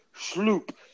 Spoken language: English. Sloop